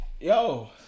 Yo